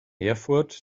erfurt